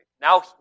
Now